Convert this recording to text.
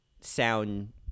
sound